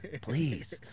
please